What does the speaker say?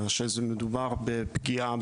בגלל שזה מדובר בפגיעה